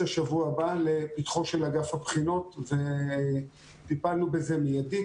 השבוע שעבר לפתחו של אגף הבחינות וטיפלנו בזה מיידית,